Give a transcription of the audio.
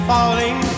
Falling